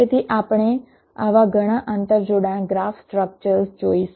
તેથી આપણે આવા ઘણા આંતરજોડાણ ગ્રાફ સ્ટ્રક્ચર્સ જોઈશું